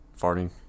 farting